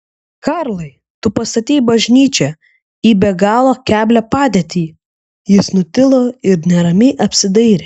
karlai tu pastatei bažnyčią į be galo keblią padėtį jis nutilo ir neramiai apsidairė